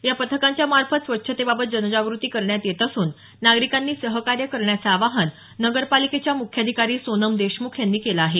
या पथकांच्या मार्फत स्वच्छतेबाबत जनजागृती करण्यात येत असून नागरिकांनी सहकार्य करण्याचं आवाहन नगरपालिकेच्या मुख्याधिकारी सोनम देशमुख यांनी केलं आहे